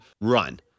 run